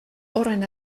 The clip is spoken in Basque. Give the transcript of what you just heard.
horren